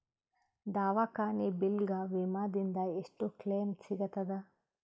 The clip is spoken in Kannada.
ದವಾಖಾನಿ ಬಿಲ್ ಗ ವಿಮಾ ದಿಂದ ಎಷ್ಟು ಕ್ಲೈಮ್ ಸಿಗತದ?